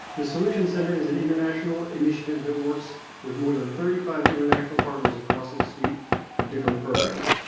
the solutions center is an international initiative that works with more than thirty five international partners across a suite of different programs.